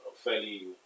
fairly